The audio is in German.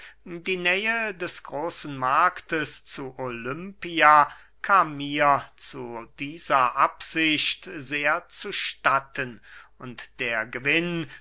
die nähe des großen marktes zu olympia kam mir zu dieser absicht sehr zu statten und der gewinn